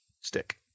stick